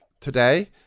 today